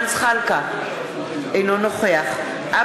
אינה נוכחה ג'מאל זחאלקה,